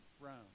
Rome